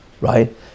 right